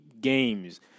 games